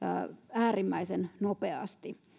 äärimmäisen nopeasti